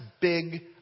big